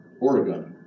Oregon